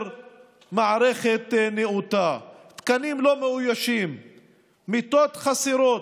רק, חברת הכנסת עאידה תומא סלימאן, ברשותך,